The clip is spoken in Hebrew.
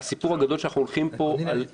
המצב הזה יימשך ככל שאנחנו מתקרבים לינואר.